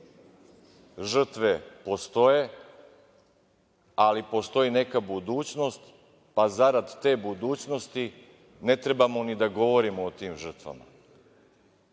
žrtve postoje, ali postoji neka budućnost, pa zarad te budućnosti ne trebamo ni da govorimo o tim žrtvama. Ja